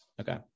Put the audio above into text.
okay